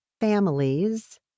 families